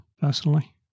personally